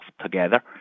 together